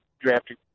drafted